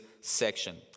section